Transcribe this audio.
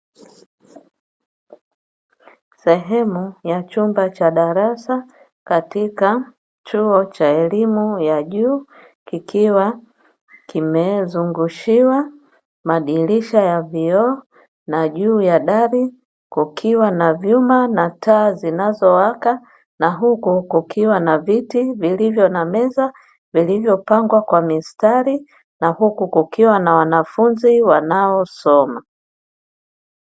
Sehemu ya chumba cha darasa katika chuo cha elimu ya juu kikiwa kimezungushiwa madirisha ya vioo na juu ya dari kukiwa na vyuma na taa zinazowaka, na huko kukiwa na viti vilivyo na meza vilivyopangwa kwa mistari na huku kukiwa na wanafunzi wanaosoma